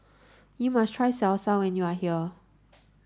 you must try Salsa when you are here